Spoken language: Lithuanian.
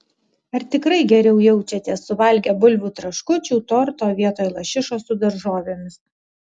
ar tikrai geriau jaučiatės suvalgę bulvių traškučių torto vietoj lašišos su daržovėmis